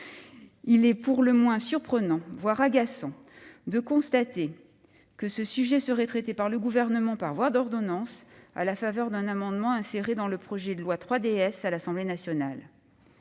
il est pour le moins surprenant, voire agaçant, de constater que ce sujet sera traité par le Gouvernement par voie d'ordonnance, à la faveur d'un amendement adopté par l'Assemblée nationale